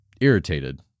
irritated